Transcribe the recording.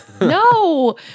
No